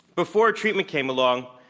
before treatment came along,